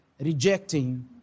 rejecting